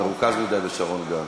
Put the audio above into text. הוא מרוכז מדי בשרון גל.